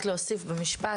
רק להוסיף במשפט.